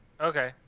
Okay